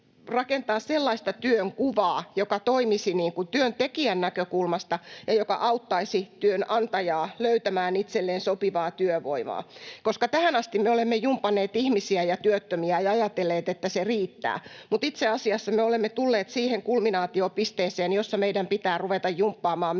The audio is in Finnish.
sellaista työnkuvaa, joka toimisi työntekijän näkökulmasta ja joka auttaisi työnantajaa löytämään itselleen sopivaa työvoimaa. Tähän asti me olemme jumpanneet ihmisiä ja työttömiä ja ajatelleet, että se riittää. Itse asiassa me olemme tulleet siihen kulminaatiopisteeseen, jossa meidän pitää ruveta jumppaamaan